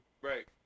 Right